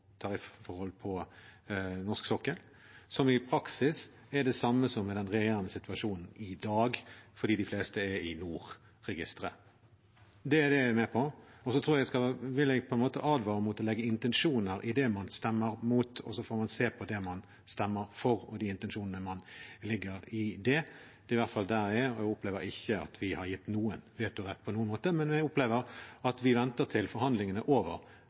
på norsk sokkel som i praksis er det samme som den regjerende situasjonen i dag, fordi de fleste er i NOR-registeret. Det er det jeg er med på. Så vil jeg advare mot å legge intensjoner i det man stemmer mot, og heller se på det man stemmer for, og de intensjonene man legger i det. Der opplever i hvert fall jeg at vi ikke har gitt noen vetorett på noen måte. Men jeg opplever at vi venter til forhandlingene er over,